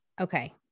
Okay